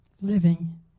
living